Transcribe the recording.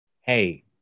Hey